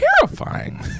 terrifying